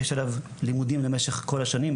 יש עליו לימודים למשך כל השנים,